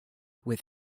with